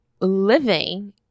living